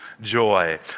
joy